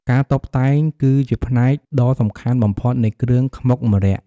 ការតុបតែងគឺជាផ្នែកដ៏សំខាន់បំផុតនៃគ្រឿងខ្មុកម្រ័ក្សណ៍។